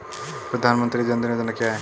प्रधानमंत्री जन धन योजना क्या है?